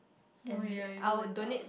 oh yeah you and dog